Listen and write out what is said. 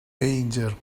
anger